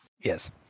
Yes